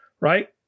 Right